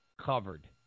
covered